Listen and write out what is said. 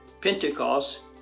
Pentecost